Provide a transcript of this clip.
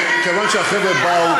אבל כיוון שהחבר'ה באו,